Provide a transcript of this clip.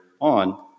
on